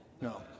No